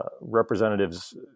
representatives